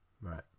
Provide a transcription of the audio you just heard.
Right